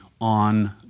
on